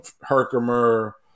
Herkimer –